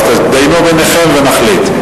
אז תתדיינו ביניכם ונחליט.